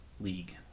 league